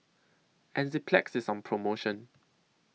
Enzyplex IS on promotion